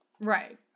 Right